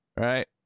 right